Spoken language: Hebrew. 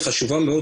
היא חשובה מאוד,